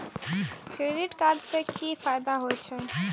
Credit card से कि फायदा होय छे?